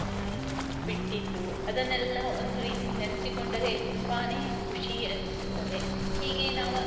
ಬಿಟ್ಟಿದ್ದು ಅದನ್ನೆಲ್ಲ ಒಂದು ರೀತಿ ನೆನೆಸಿಕೊಂಡರೆ ತುಂಬಾ ಖುಷಿ ಅನ್ನಿಸುತ್ತದೆ ಹೀಗೇ ನಾವು